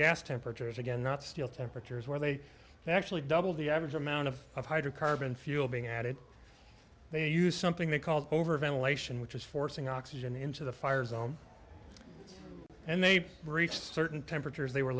gas temperatures again not steel temperatures where they actually doubled the average amount of hydrocarbon fuel being added they use something they called over ventilation which is forcing oxygen into the fire zone and they breached certain temperatures they were